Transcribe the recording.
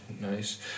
nice